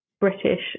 british